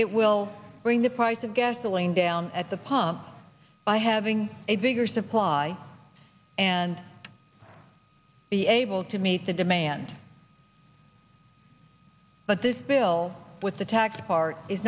it will bring the price of gasoline down at the pump by having a bigger supply and be able to meet the demand but this bill with the tax part is